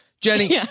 Jenny